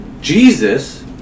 Jesus